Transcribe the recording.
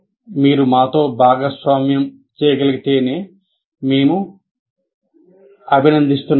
మీరు మాతో భాగస్వామ్యం చేయగలిగితే మేము అభినందిస్తున్నాము